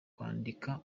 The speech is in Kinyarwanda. amateka